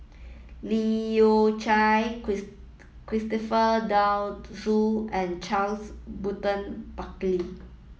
Leu Yew Chye Christopher De Souza and Charles Burton Buckley